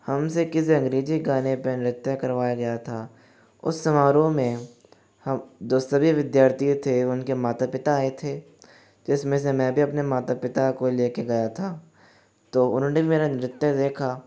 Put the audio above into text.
हमसे किसी अंग्रेजी गाने पे नृत्य करवाया गया था उसे समारोह में हम जो सभी विद्यार्थी थे उनके माता पिता आए थे इसमें से मैं भी अपने माता पिता को लेके गया था तो उन्होंने भी मेरा नृत्य देखा